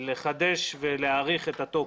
לחדש ולהאריך את התוקף.